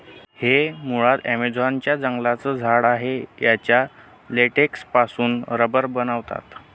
हे मुळात ॲमेझॉन च्या जंगलांचं झाड आहे याच्या लेटेक्स पासून रबर बनवतात